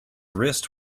wrist